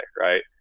right